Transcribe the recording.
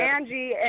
Angie